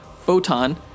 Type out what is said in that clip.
Photon